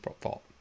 fault